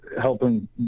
helping